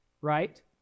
right